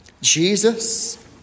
Jesus